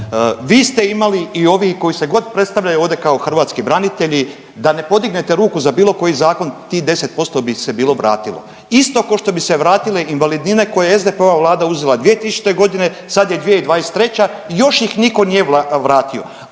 Vi ste imali i ovi koji se god predstavljaju ovdje kao hrvatski branitelji da ne podignute ruku za bilo koji zakon tih 10% bi se bilo vratilo isto kao što bi se vratile invalidnine koje je SDP-ova Vlada uzela 2000. godine. Sad je 2023. i još ih nitko nije vratio.